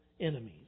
enemies